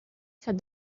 said